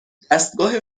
دستگاه